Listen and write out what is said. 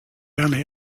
only